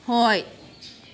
ꯍꯣꯏ